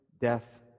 death